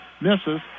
misses